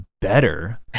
better